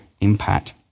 impact